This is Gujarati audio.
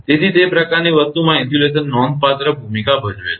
તેથી તે પ્રકારની વસ્તુમાં ઇન્સ્યુલેશન નોંધપાત્ર ભૂમિકા ભજવે છે